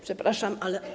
Przepraszam, ale.